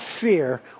fear